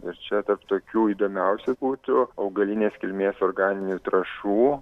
ir čia tarp tokių įdomiausi būtų augalinės kilmės organinių trąšų